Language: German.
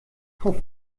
auf